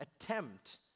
attempt